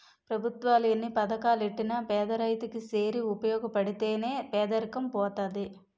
పెభుత్వాలు ఎన్ని పథకాలెట్టినా పేదరైతు కి సేరి ఉపయోగపడితే నే పేదరికం పోతది